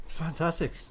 Fantastic